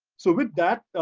so with that,